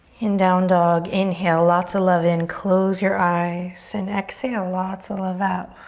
in down dog inhale lots of love in. close your eyes. and exhale lots of love out.